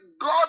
God